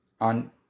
on